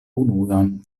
unuan